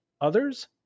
Others